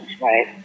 Right